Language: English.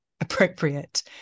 appropriate